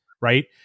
right